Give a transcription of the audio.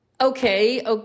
okay